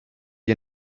you